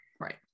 Right